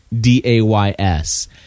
D-A-Y-S